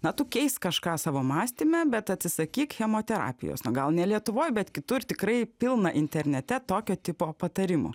na tu keisk kažką savo mąstyme bet atsisakyk chemoterapijos na gal ne lietuvoj bet kitur tikrai pilna internete tokio tipo patarimų